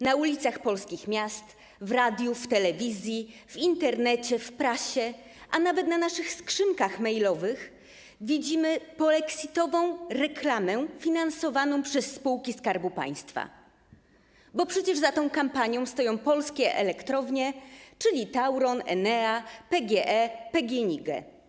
Na ulicach polskich miast, w radiu, w telewizji, w Internecie, w prasie, a nawet na naszych skrzynkach mailowych widzimy polexitową reklamę finansowaną przez spółki Skarbu Państwa, bo przecież za tą kampanią stoją Polskie Elektrownie, czyli Tauron, Enea, PGE, PGNiG.